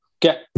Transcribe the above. Get